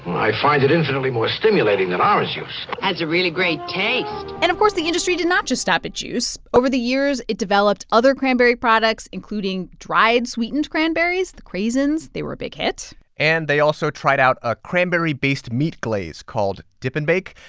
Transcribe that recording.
i find it infinitely more stimulating than orange juice that's a really great taste and, of course, the industry did not just stop at juice. over the years it developed other cranberry products, including dried sweetened cranberries, the craisins. they were big hit and they also tried out a cranberry-based meat glaze called dip and bake,